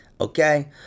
Okay